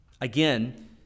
Again